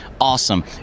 awesome